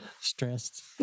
Stressed